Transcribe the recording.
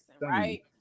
right